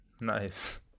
Nice